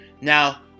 Now